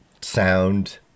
sound